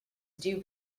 dew